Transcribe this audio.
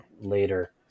later